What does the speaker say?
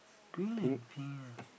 green and pink eh